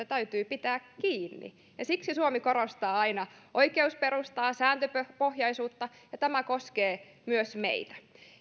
täytyy pitää kiinni ja siksi suomi korostaa aina oikeusperustaa sääntöpohjaisuutta ja tämä koskee myös meitä